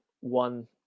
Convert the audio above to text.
one